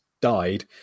died